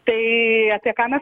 tai apie ką mes